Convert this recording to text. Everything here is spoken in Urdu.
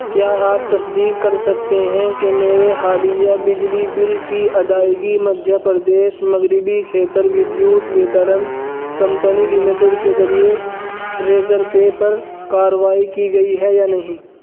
کیا آپ تصدیق کر سکتے ہیں کہ میرے حالیہ بجلی بل کی ادائیگی مدھیہ پردیش مغربی کھیتر ودیوت ویتارن کمپنی لمیٹڈ کے ذریعے ریزر پے پر کارروائی کی گئی ہے یا نہیں